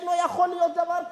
לא יכול להיות דבר כזה.